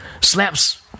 slaps